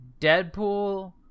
Deadpool